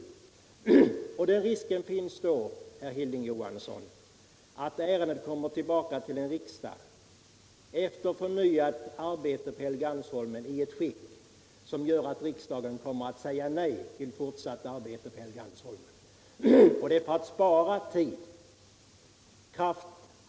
Den risken finns då, herr Hilding Johansson. att ärendet kommer tillbaka till en riksdag, efter förnyat arbete på alternativet med Helgeandsholmen, i ett skick som gör att riksdagen kommer att säga nej till fortsatt arbete med detta alternativ. Det är för att spara tid, kraft.